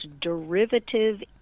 derivative